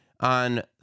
on